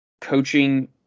coaching